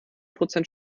prozent